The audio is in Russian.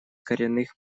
коренных